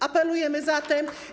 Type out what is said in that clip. Apelujemy zatem.